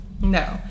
No